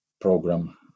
program